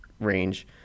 range